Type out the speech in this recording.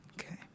Okay